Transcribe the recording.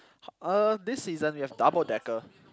h~ uh this season we have double-decker